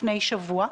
לפני שבוע,